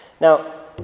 Now